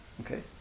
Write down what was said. okay